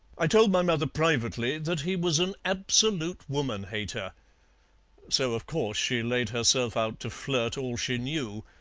i told my mother privately that he was an absolute woman-hater so, of course, she laid herself out to flirt all she knew,